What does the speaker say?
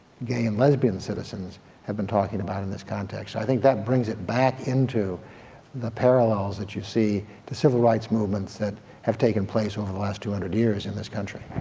gay and lesbian citizens have been talking about in this context. i think that brings it back into the parallels that you see to civil rights movement movements that have taken place over the last two hundred years in this country.